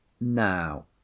now